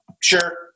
Sure